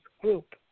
Group